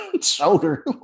shoulder